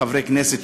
חברי הכנסת,